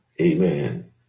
Amen